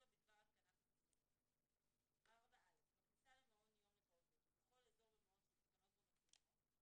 אני ממשיכה בקריאה: חובת יידוע בדבר התקנת המצלמות 4. (א)בכניסה למעון יום לפעוטות ובכל אזור במעון שמותקנות בו מצלמות,